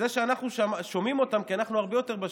ואנחנו שומעים אותם כי אנחנו הרבה יותר בשטח.